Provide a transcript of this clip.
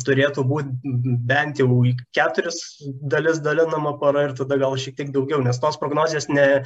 turėtų bū bent jau į keturis dalis dalinama para ir tada gal šiek tiek daugiau nes tos prognozės ne